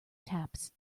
taps